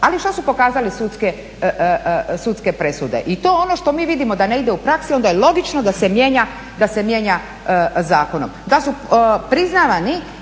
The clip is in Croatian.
Ali što su pokazale sudske presude i to ono što mi vidimo da ne ide u praksi onda je logično da se mijenja zakonom, da su priznavani